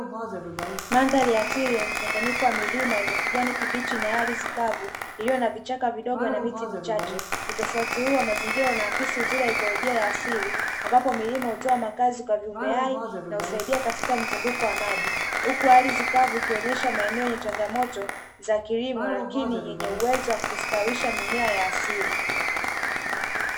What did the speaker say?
Mandhari ya asili yenye mchanganyiko wa milima yenye kijani kibichi na ardhi kavu iliyo na vichaka vidogo na miti michache. Uttofauti huu wa mazingira unaakisi uzuri wa ikolojia ya asili, ambapo milima hutoa makazi kwa viumbe hai na kusaidia katika mzunguko wa maji, huku ardhi kavu ikionyesha maeneo yenye changamoto za kilimo lakini yenye uwezo wa kustawisha mimea ya asili